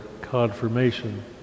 confirmation